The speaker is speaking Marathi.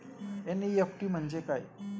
एन.इ.एफ.टी म्हणजे काय?